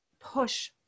push